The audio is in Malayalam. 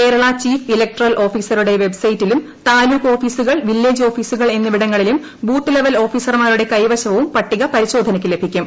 കേരള ചീഫ് ഇലക്ടറൽ ഓഫീസറുടെ വെബ്സൈറ്റിലും താലൂക്ക് ഓഫീസുകൾ വില്ലേജ് ഓഫീസുകൾ എന്നിവിടങ്ങളിലും ബൂത്ത് ലെവൽ ഓഫീസർ ്മാരുടെ കൈവശവും പട്ടിക പരിശോധനയ്ക്ക് ലഭിക്കും